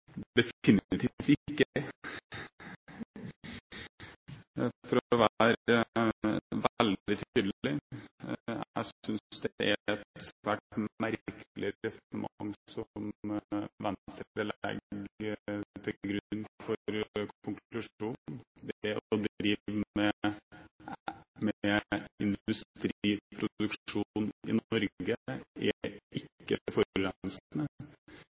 Definitivt ikke, for å være veldig tydelig. Jeg synes det er et svært merkelig resonnement Venstre legger til grunn for konklusjonen. Det å drive med industriproduksjon i Norge er ikke